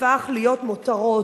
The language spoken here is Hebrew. הפך להיות מותרות,